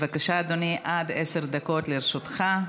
בבקשה, אדוני, עד עשר דקות לרשותך.